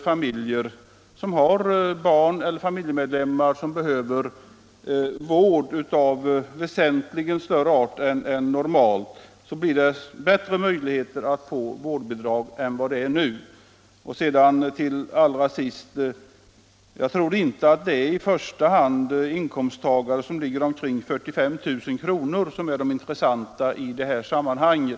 Familjemedlemmar som behöver vård av väsentligt större omfattning än normalt får bättre möjligheter till vårdbidrag. Det är f. ö. inte i första hand inkomsttagare omkring 45 000 kr. som är de mest intressanta i detta sammanhang.